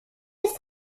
diese